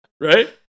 Right